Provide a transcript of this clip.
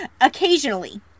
occasionally